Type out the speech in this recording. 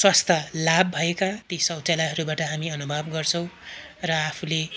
स्वस्थ्यलाभ भएका ती शौचालयहरूबाट हामी अनुभव गर्छौँ र आफूले